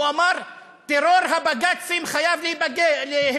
הוא אמר: טרור הבג"צים חייב להיפסק,